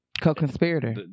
co-conspirator